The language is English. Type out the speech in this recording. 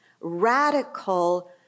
radical